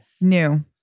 New